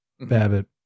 Babbitt